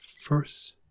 first